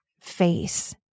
face